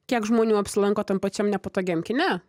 kiek žmonių apsilanko tam pačiam nepatogiam kine